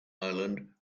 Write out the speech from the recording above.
ireland